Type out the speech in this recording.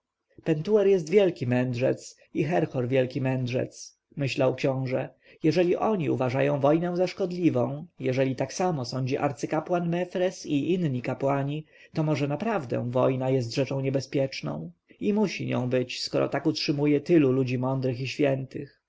egiptu pentuer jest wielki mędrzec i herhor wielki mędrzec myślał książę jeżeli oni uważają wojnę za szkodliwą jeżeli tak samo sądzi arcykapłan mefres i inni kapłani to może naprawdę wojna jest rzeczą niebezpieczną i musi nią być skoro tak utrzymuje tylu ludzi mądrych i świętych